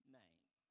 name